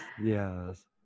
Yes